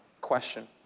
question